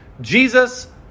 Jesus